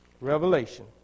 Revelation